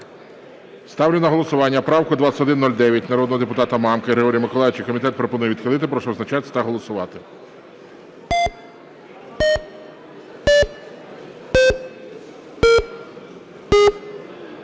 Ставлю на голосування правку 2109 народного депутата Мамки Григорія Миколайовича. Комітет пропонує відхилити. Прошу визначатись та голосувати.